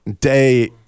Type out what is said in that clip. day